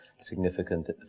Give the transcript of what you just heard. significant